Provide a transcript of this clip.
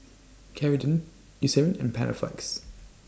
Ceradan Eucerin and Panaflex